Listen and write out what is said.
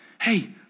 Hey